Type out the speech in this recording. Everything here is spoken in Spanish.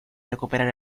recuperar